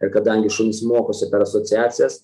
ir kadangi šunys mokosi per asociacijas